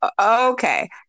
okay